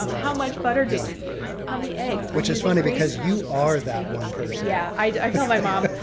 um how much butter did you use? how many eggs? which is funny because you are that one person. yeah. i tell my mom,